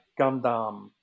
Gundam